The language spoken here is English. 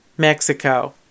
Mexico